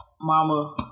Mama